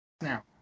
now